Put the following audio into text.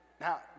Now